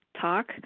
talk